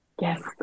Yes